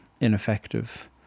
Ineffective